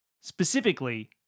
specifically